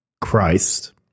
Christ